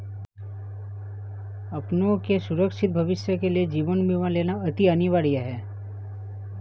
अपनों के सुरक्षित भविष्य के लिए जीवन बीमा लेना अति अनिवार्य है